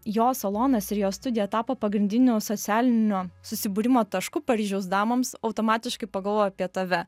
jo salonas ir jo studija tapo pagrindiniu socialinio susibūrimo tašku paryžiaus damoms automatiškai pagalvojau apie tave